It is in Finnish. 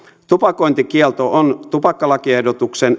tupakointikielto on tupakkalakiehdotuksen